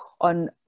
on